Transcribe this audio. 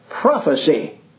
prophecy